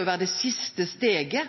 utan at det